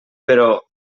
però